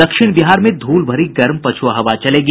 दक्षिण बिहार में ध्रल भरी गर्म पछ्आ हवा चलेगी